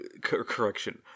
Correction